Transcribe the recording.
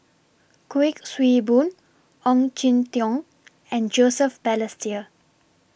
Kuik Swee Boon Ong Jin Teong and Joseph Balestier